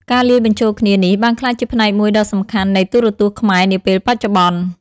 ការលាយបញ្ចូលគ្នានេះបានក្លាយជាផ្នែកមួយដ៏សំខាន់នៃទូរទស្សន៍ខ្មែរនាពេលបច្ចុប្បន្ន។